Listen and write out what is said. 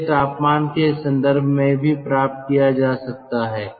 यह तापमान के संदर्भ में भी प्राप्त किया जा सकता है